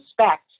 respect